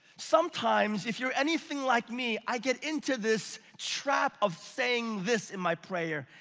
sometimes, if you're anything like me, i get into this trap of saying this in my prayer.